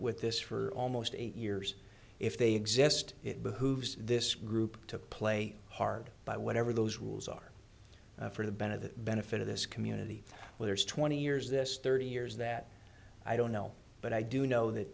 with this for almost eight years if they exist it behooves this group to play hard by whatever those rules are for the benefit benefit of this community whether it's twenty years this thirty years that i don't know but i do know that